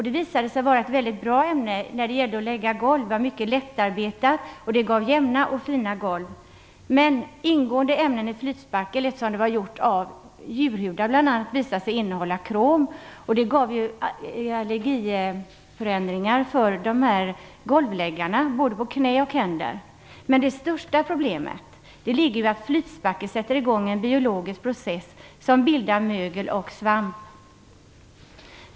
Det visade sig vara ett bra ämne i fråga om att lägga golv. Det var lättarbetat, och det gav jämna och fina golv. Men ingående ämnen i flytspackel - det var gjort av bl.a. djurhudar - visade sig innehålla krom. Det gav allergiska förändringar för golvläggarna på knän och händer. Det största problemet ligger i att flytspacklet sätter i gång en biologisk process som bildar mögel och svamp.